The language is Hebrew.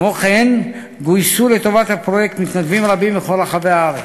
כמו כן גויסו לטובת הפרויקט מתנדבים רבים בכל רחבי הארץ.